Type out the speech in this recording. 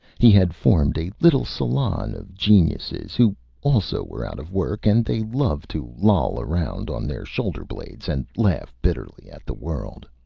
he had formed a little salon of geniuses, who also were out of work, and they loved to loll around on their shoulder-blades and laugh bitterly at the world.